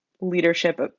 leadership